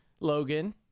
Logan